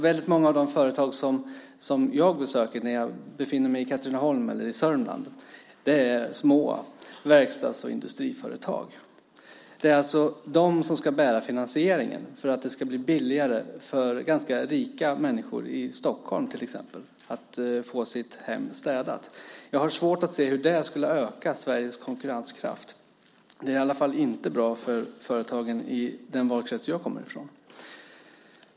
Väldigt många av de företag som jag besöker när jag befinner mig i Katrineholm eller någon annanstans i Sörmland är små verkstads och industriföretag. Det är alltså de som ska finansiera detta för att det ska bli billigare för ganska rika människor i till exempel Stockholm att få sina hem städade. Jag har svårt att se hur det skulle öka Sveriges konkurrenskraft. Det är i alla fall inte bra för företagen i den valkrets som jag kommer från.